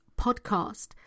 podcast